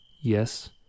Yes